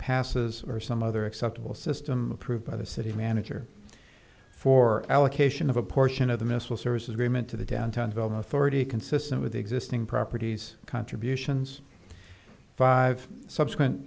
passes or some other acceptable system approved by the city manager for allocation of a portion of the missile service agreement to the downtown vellum authority consistent with the existing properties contributions five subsequent